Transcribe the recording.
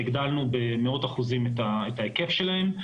שהגדלנו במאות אחוזים את ההיקף שלהם,